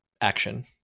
action